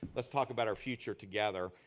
let's talk about our future together.